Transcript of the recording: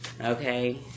Okay